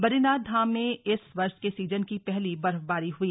बद्रीनाथ धाम में इस वर्ष के सीजन की पहली बर्फबारी हुई